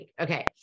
okay